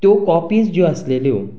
त्यो कॉपिज ज्यो आशिल्ल्यो